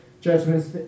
judgments